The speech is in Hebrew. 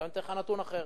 עכשיו אתן לך נתון אחר: